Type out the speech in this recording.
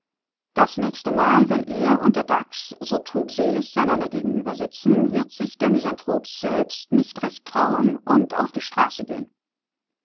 das nächste mal wenn er und der dachs so trübselig einander gegenübersitzen wird sich der misanthrop selbst nicht recht trauen und auf die straße gehen